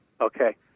Okay